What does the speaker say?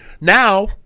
Now